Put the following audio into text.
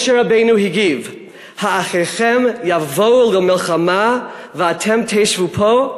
משה רבנו הגיב: "האחיכם יבֹאו למלחמה ואתם תשבו פה?"